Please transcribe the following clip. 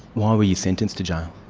why were you sentenced to jail?